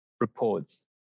reports